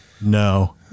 No